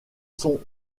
son